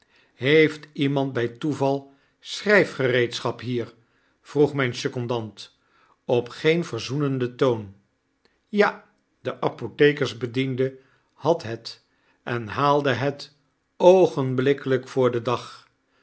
heeft iemand by toeval schryfgereedschap hier vroeg myn secondant op geen verzoenenden toon ja de apothekersbediende had het en haalde het oogenblikkeliik voor den dag